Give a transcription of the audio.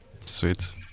Sweet